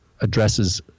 addresses